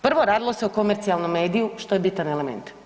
Prvo radilo se o komercijalnom mediji što je bitan element.